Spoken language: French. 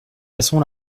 façon